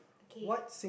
okay